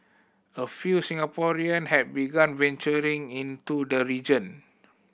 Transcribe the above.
a few Singaporean have begun venturing into the region